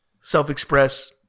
self-express